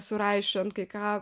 suraišiojant kai ką